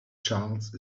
charles